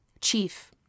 chief